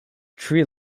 tree